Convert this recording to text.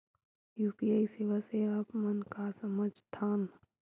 UPI सेवा से आप मन का समझ थान?